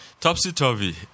Topsy-Turvy